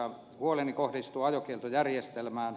huoleni kohdistuu ajokieltojärjestelmään